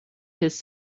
his